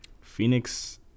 Phoenix